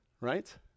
right